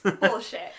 Bullshit